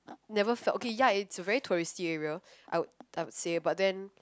never felt okay ya it's a very touristy area I would I would say but then